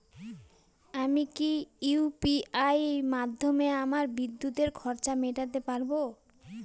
আমি কি ইউ.পি.আই মাধ্যমে আমার বিদ্যুতের খরচা মেটাতে পারব?